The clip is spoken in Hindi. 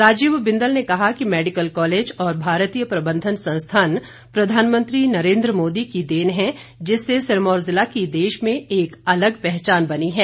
राजीव बिंदल ने कहा कि मैडिकल कॉलेज और भारतीय प्रबंधन संस्थान प्रधानमंत्री नरेंद्र मोदी की देन हैं जिससे सिरमौर जिला की देश में एक अलग पहचान बनी है